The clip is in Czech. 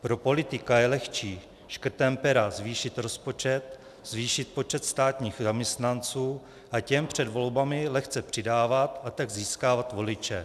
Pro politika je lehčí škrtem pera zvýšit rozpočet, zvýšit počet státních zaměstnanců a těm před volbami lehce přidávat, a tak získávat voliče.